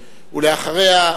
ואחריה,